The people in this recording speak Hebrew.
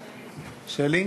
שלי,